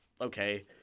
okay